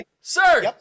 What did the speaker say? Sir